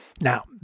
Now